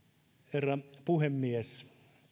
herra puhemies